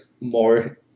more